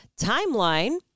timeline